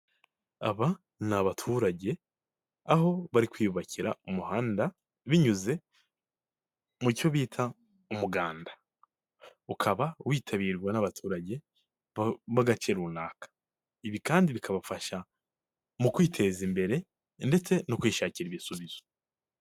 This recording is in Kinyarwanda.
Aba ni abaturage aho bari kwiyubakira umuhanda binyuze mu cyo bita umuganda, ukaba witabirwa n'abaturage b'agace runaka, ibi kandi bikabafasha mu kwiteza imbere ndetse no kwishakira ibisubizo.